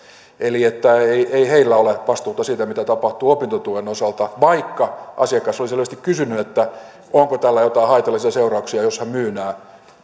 eli että ei heillä ole vastuuta siitä mitä tapahtuu opintotuen osalta vaikka asiakas oli selvästi kysynyt että onko tällä jotain haitallisia seurauksia jos hän myy